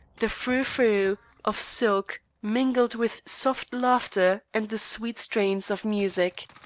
the frou-frou of silk mingled with soft laughter and the sweet strains of music.